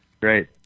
great